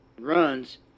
runs